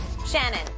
Shannon